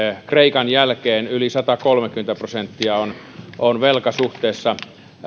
kreikan jälkeen yli satakolmekymmentä prosenttia on on velka suhteessa